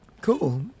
Cool